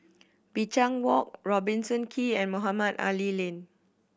Binchang Walk Robertson Quay and Mohamed Ali Lane